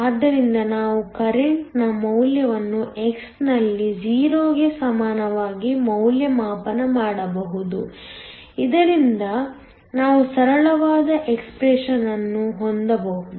ಆದ್ದರಿಂದ ನಾವು ಕರೆಂಟ್ದ ಮೌಲ್ಯವನ್ನು x ನಲ್ಲಿ 0 ಗೆ ಸಮಾನವಾಗಿ ಮೌಲ್ಯಮಾಪನ ಮಾಡಬಹುದು ಇದರಿಂದ ನಾವು ಸರಳವಾದ ಎಕ್ಸ್ಪ್ರೆಶನ್ ಯನ್ನು ಹೊಂದಬಹುದು